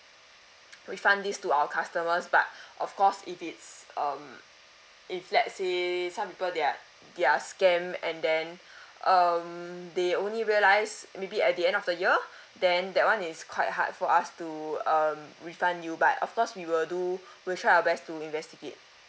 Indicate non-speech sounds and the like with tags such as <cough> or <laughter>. <noise> refund this to our customers but <breath> of course if it's um if let's say some people they are they are scam and then <breath> um they only realise maybe at the end of the year <breath> then that one is quite hard for us to um refund you but of course we will do we'll try our best to investigate